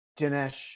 Dinesh